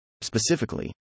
Specifically